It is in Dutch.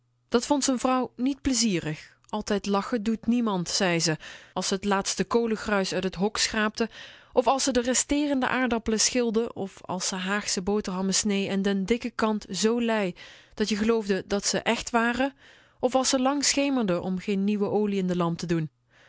dat vond de vrouw niet plezierig altijd lachen doet niemand zei ze als ze t laatste kolengruis uit t hok schraapte of als ze de resteerende aardappelen schilde of als ze haagsche boterhammen snee en den dikken kant zoo lei dat je geloofde dat ze echt waren of als ze lang schemerden om geen nieuwe olie in de lamp te doen